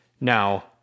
Now